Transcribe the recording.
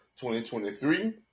2023